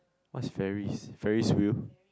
what's ferries ferries wheel